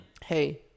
Hey